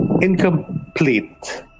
incomplete